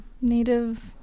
native